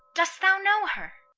dost thou know her?